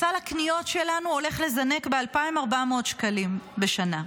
סל הקניות שלנו הולך לזנק ב-2,400 שקלים בשנה.